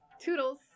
Toodles